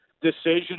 decision